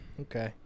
Okay